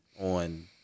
on